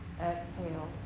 Exhale